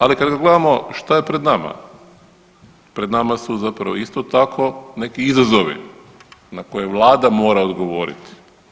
Ali kada gledamo šta je pred nama, pred nama su zapravo isto tako neki izazovi na koje Vlada mora odgovoriti.